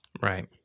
Right